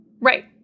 Right